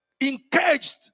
engaged